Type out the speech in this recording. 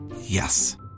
Yes